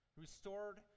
restored